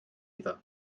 iddo